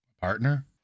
partner